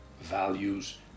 values